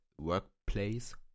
Workplace